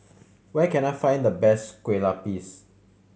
where can I find the best Kueh Lapis